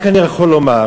אני רק יכול לומר